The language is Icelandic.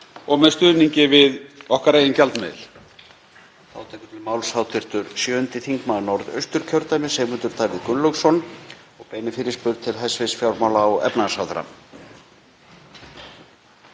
og með stuðningi við okkar eigin gjaldmiðil.